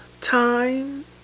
time